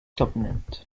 dominant